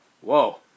whoa